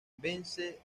vence